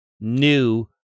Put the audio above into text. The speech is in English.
new